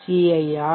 சிஐஆர்PV